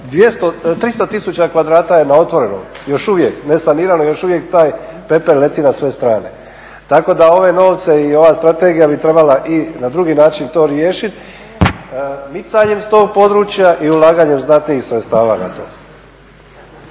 300 tisuća kvadrata je na otvornom još uvijek, nesanirano još uvijek taj pepel leti na sve strane. Tako da ove novce i ova strategija bi trebala i na drugi način to riješiti micanjem s tog područja i ulaganjem znatnijih sredstava na to.